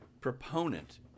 proponent